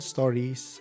Stories